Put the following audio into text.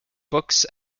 books